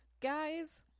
guys